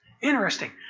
Interesting